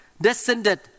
descended